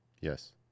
Yes